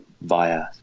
via